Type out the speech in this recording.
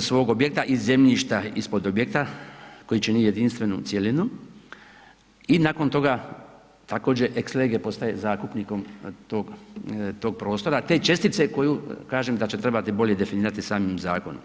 svog objekta i zemljišta ispod objekta koji čini jedinstvenu cjelinu i nakon toga također ex lege postaje zakupnikom tog prostora te čestice koju kažem da će trebati bolje definirati samim zakonom.